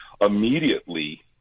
immediately